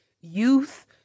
youth